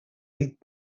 eight